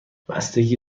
بستگی